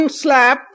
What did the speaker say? slap